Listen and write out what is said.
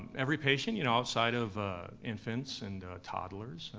every patient you know outside of infants and toddlers,